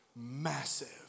massive